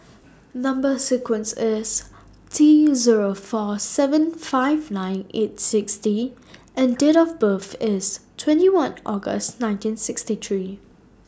Number sequence IS T Zero four seven five nine eight six D and Date of birth IS twenty one August nineteen sixty three